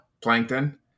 Plankton